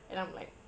then I'm like